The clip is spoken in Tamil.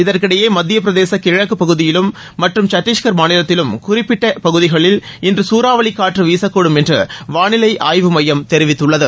இதற்கிடையே மத்தியப் பிரதேச கிழக்கு பகுதியிலும் மற்றும் சதீஸ்கர் மாநிலத்திலும் குறிப்பிட்ட பகுதிகளில் இன்று சூறாவளி காற்று வீசக்கூடும் என்று வானிலை ஆய்வு மையம் தெரிவித்துள்ளது